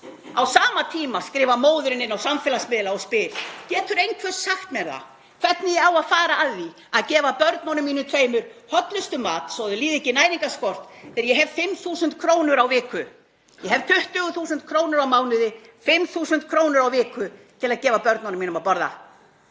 Á sama tíma skrifar móðirin inn á samfélagsmiðla og spyr: Getur einhver sagt mér það hvernig ég á að fara að því að gefa börnunum mínum tveimur hollustumat svo þau líði ekki næringarskort þegar ég hef 5.000 kr. á viku? Ég hef 20.000 kr. á mánuði, 5.000 kr. á viku til að gefa börnunum mínum að borða.